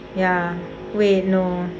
ya wait no